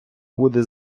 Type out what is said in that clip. буде